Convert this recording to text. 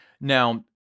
now